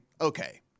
okay